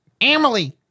Emily